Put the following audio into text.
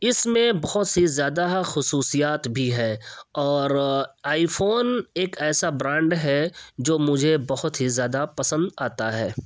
اس میں بہت سی زیادہ خصوصیات بھی ہیں اور آئی فون ایک ایسا برانڈ ہے جو مجھے بہت ہی زیادہ پسند آتا ہے